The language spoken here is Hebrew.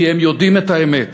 כי הם יודעים את האמת.